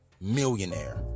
millionaire